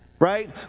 right